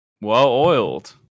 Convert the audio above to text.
Well-oiled